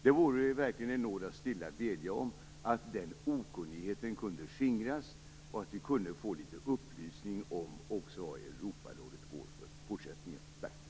Det vore verkligen en nåd att stilla bedja om att den okunnigheten kunde skingras och att vi kunde få litet upplysning också om vad Europarådet går för i fortsättningen. Tack!